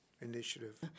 initiative